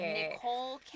Nicole